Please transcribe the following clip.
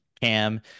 Cam